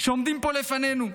שעומדים פה לפנינו.